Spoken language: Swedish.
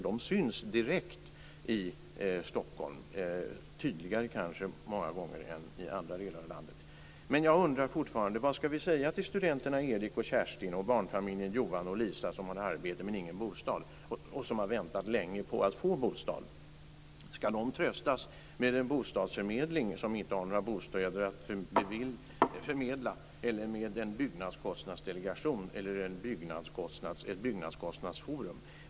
De syns direkt i Stockholm - många gånger kanske tydligare än i andra delar av landet. Jag undrar fortfarande: Vad ska vi säga till studenterna Erik och Kerstin och barnfamiljen Johan och Lisa som har arbete men ingen bostad, och som har väntat länge på att få bostad? Ska de tröstas med en bostadsförmedling som inte har några bostäder att förmedla, eller med en byggnadskostnadsdelegation eller med ett byggnadskostnadsforum?